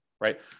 right